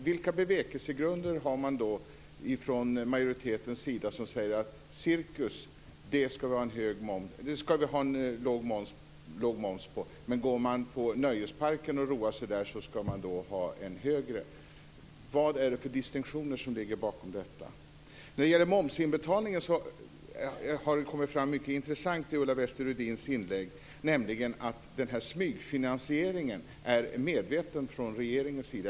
Vilka bevekelsegrunder har man från majoriteten när man säger att momsen skall vara låg på cirkus, men att den som går till nöjesparken och roar sig skall betala en högre moms? Vad är det för distinktioner som ligger bakom detta? När det gäller momsinbetalningen vill jag säga att det har kommit fram mycket intressant i Ulla Wester Rudins inlägg, nämligen att smygfinansieringen är medveten från regeringens sida.